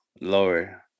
lower